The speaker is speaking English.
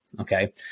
Okay